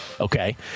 okay